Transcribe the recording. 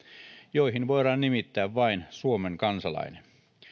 joihin voidaan nimittää vain suomen kansalainen